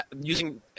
using